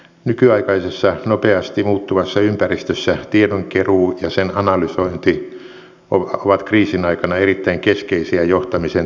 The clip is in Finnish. nykyaikaisessa nopeasti muuttuvassa ympäristössä tiedon keruu ja sen analysointi ovat kriisin aikana erittäin keskeisiä johtamisen työkaluja